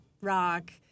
Rock